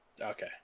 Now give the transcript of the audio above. Okay